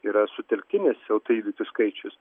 yra sutelktinis autoįvykių skaičius